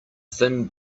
thin